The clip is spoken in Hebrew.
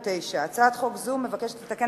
התש"ע 2009. הצעת חוק זו מבקשת לתקן